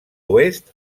oest